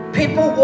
people